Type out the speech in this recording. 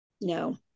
No